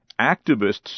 Activists